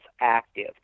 active